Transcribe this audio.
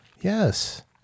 Yes